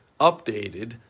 updated